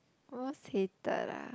most hated lah